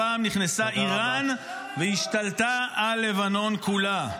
הפעם נכנסה איראן והשתלטה על לבנון כולה.